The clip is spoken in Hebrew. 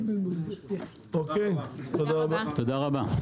תודה רבה.